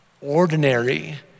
Ordinary